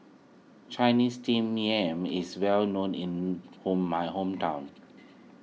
Chinese Steamed Yam is well known in home my hometown